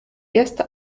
erste